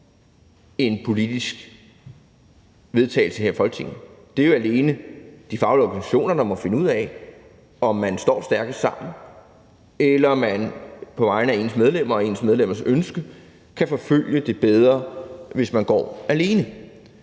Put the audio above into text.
en politisk vedtagelse her i Folketinget. Det er jo alene de faglige organisationer, der må finde ud af, om man står stærkest sammen, eller om man på vegne af ens medlemmer og ens medlemmers ønske kan forfølge det bedre, hvis man går alene.